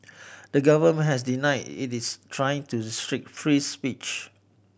the government has denied it is trying to restrict free speech